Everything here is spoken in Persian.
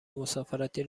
مسافرتی